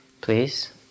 Please